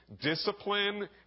Discipline